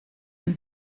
ein